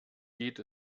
geht